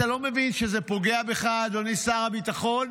אתה לא מבין שזה פוגע בך, אדוני שר הביטחון?